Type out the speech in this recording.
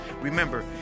Remember